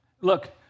look